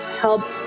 help